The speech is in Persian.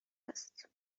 است